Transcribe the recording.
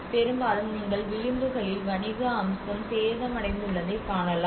பெரும்பாலும் நீங்கள் விளிம்புகளில் வணிக அம்சம் சேதமடைந்துள்ளதைக் காணலாம்